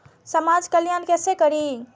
समाज कल्याण केसे करी?